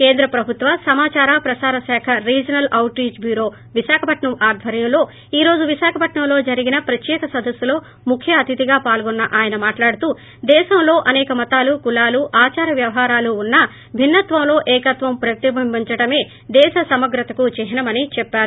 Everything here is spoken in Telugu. కేంద్రప్రభుత్వ సమాచార ప్రకారశాఖ regional outreach bureau Visakhapatnam ఆధ్వర్యం లో ఈ రోజు విశాఖపట్నంలో జరిగిన ప్రత్యేక సదస్సులో ముఖ్య అతిథిగా పాల్గొన్న ఆయన మాట్లాడుతూ దేశం లో అసేక మతాలు కులాలు ఆదార వ్యవహారాలు ఉన్నా భిన్నత్వంలో ఏకత్వం ప్రతిబించించడమే దేశ సమగ్రతకు చిహ్న మని చెప్పారు